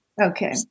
okay